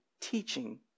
teaching